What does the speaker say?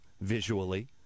visually